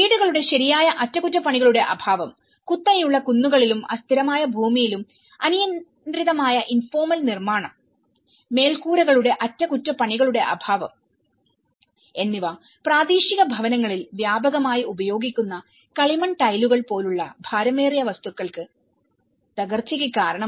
വീടുകളുടെ ശരിയായ അറ്റകുറ്റപ്പണികളുടെ അഭാവം കുത്തനെയുള്ള കുന്നുകളിലും അസ്ഥിരമായ ഭൂമിയിലും അനിയന്ത്രിതമായ ഇൻഫോർമൽ നിർമ്മാണം മേൽക്കൂരകളുടെ അറ്റകുറ്റപ്പണികളുടെ അഭാവം എന്നിവ പ്രാദേശിക ഭവനങ്ങളിൽ വ്യാപകമായി ഉപയോഗിക്കുന്ന കളിമൺ ടൈലുകൾ പോലുള്ള ഭാരമേറിയ വസ്തുക്കളുടെ തകർച്ചയ്ക്ക് കാരണമായി